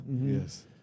Yes